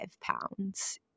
pounds